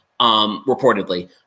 reportedly